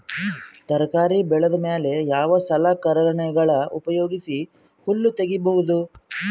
ತರಕಾರಿ ಬೆಳದ ಮೇಲೆ ಯಾವ ಸಲಕರಣೆಗಳ ಉಪಯೋಗಿಸಿ ಹುಲ್ಲ ತಗಿಬಹುದು?